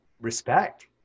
respect